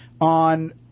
on